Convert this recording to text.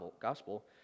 gospel